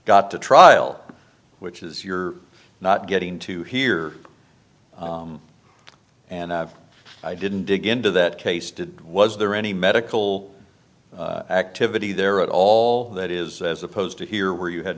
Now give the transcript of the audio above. got to trial which is you're not getting to hear and i didn't dig into that case did was there any medical activity there at all that is as opposed to here where you had a